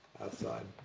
outside